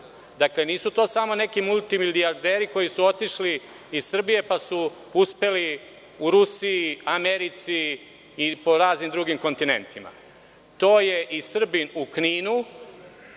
Dakle, nisu to samo neki multimilijarderi koji su otišli iz Srbije, pa su uspeli u Rusiji, Americi i po raznim drugim kontinentima. To je i Srbin u Kninu,